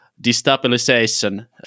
destabilization